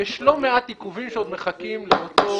יש לא מעט עיכובים שעוד מחכים לאותו